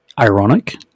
ironic